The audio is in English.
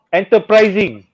enterprising